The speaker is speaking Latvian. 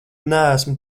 neesmu